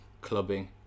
clubbing